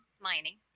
mining